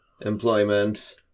employment